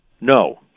No